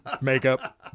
makeup